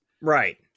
Right